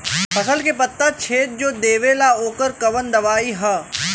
फसल के पत्ता छेद जो देवेला ओकर कवन दवाई ह?